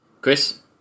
Chris